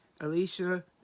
Alicia